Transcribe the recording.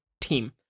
team